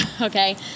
okay